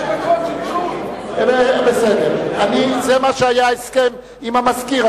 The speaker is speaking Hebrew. זה ההסכם שהיה עם המזכיר.